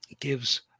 gives